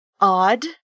odd